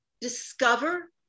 discover